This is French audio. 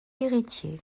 héritier